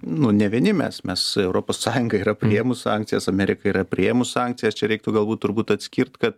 nu ne vieni mes mes europos sąjunga yra priėmus sankcijas amerika yra priėmus sankcijas čia reiktų galbūt turbūt atskirt kad